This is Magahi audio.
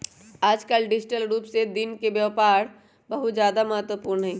आजकल डिजिटल रूप से दिन के व्यापार बहुत ज्यादा महत्वपूर्ण हई